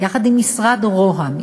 יחד עם משרד רוה"מ,